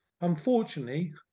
Unfortunately